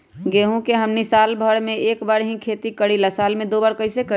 गेंहू के हमनी साल भर मे एक बार ही खेती करीला साल में दो बार कैसे करी?